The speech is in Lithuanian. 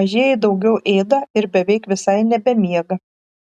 mažieji daugiau ėda ir beveik visai nebemiega